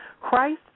Christ